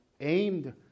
aimed